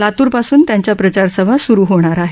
लातूर पासून त्यांच्या प्रचारसभा सूरू होणार आहेत